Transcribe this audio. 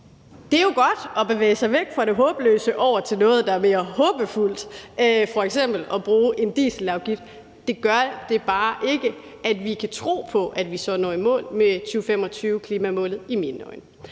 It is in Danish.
Det er jo godt at bevæge sig væk fra det håbløse over til noget, der er mere håbefuldt, f.eks. at bruge en dieselafgift. Det gør bare ikke, at vi kan tro på, at vi så når i mål med 2025-klimamålet, i mine øjne.